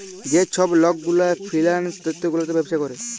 যে ছব লক গুলা ফিল্যাল্স তথ্য গুলাতে ব্যবছা ক্যরে